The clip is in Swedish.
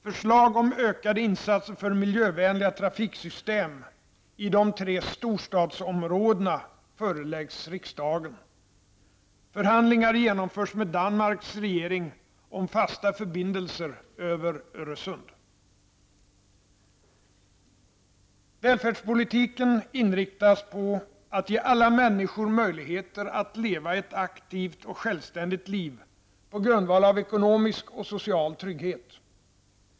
Förslag om ökade insatser för miljövänliga trafiksystem i de tre storstadsområdena föreläggs riksdagen. Förhandlingar genomförs med Välfärdspolitiken inriktas på att ge alla människor möjlighet att leva ett aktivt och självständigt liv på grundval av ekonomisk och social trygghet.